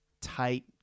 tight